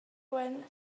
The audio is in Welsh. wyn